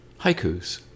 Haikus